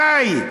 די,